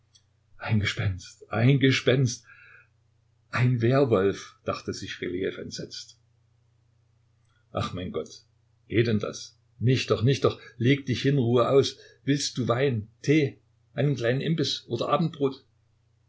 ein gespenst ein gespenst ein werwolf dachte sich rylejew entsetzt ach mein gott geht denn das nicht doch nicht doch leg dich hin ruhe aus willst du wein tee einen kleinen imbiß oder abendbrot